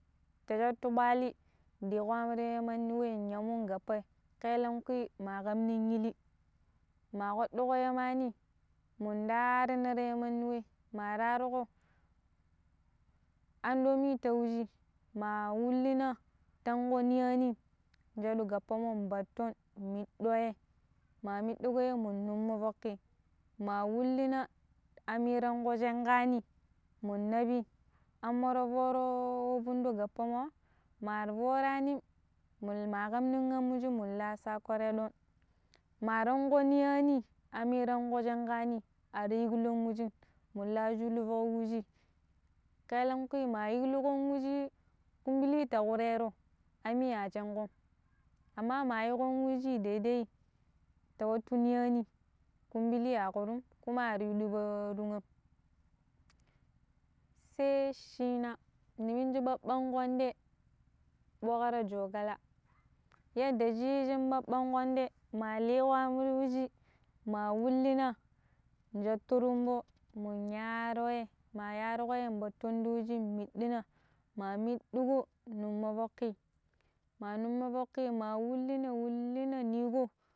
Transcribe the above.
Ta jettu ɓwalli diƙo aam ti re mandi wei yawwun gappa kaelenƙwi ma ƙam nin illi, ma ƙwaduƙo yemani mun darina ta mandi wei ma rarugo andommin t yi wu shik ma wullina tyanƙo niyanim jeddu gappa mon patton middon yei ma middiƙo yei ma numo fokki ma wulina aamin danko shenƙani mun nabi ammo ta foro wa vundo gappa ma mar voranim mul mun maganin am wuji mun la sakon redon ma rango niyani ammi rango shenƙani ar igulun wujim mun la julufo wuji kaelenƙwi ma wulugo wuji kumbili ta wurero aammi a jengom amma ma yiƙon wei shi daidai ta wattu niyani kumbili a wurum kuma ari yu diba dugam. sai shina ni minji babban kwanda boƙro joƙala, yadda shi yi shi babban kwandam, ma le ƙo am ti wuji ma wulina mun jettu rumba mun yallo rei ma yalloƙo rei battun ti wuji middina ma middigo numa fokki, ma numa fokki ma wulina wulina niƙo